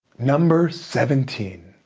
number seventeen,